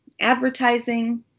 advertising